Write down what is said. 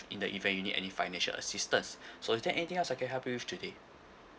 in the event you need any financial assistance so is there anything else I can help you with today